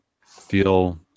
feel